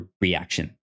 reaction